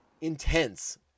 intense